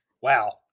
Wow